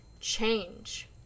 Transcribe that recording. change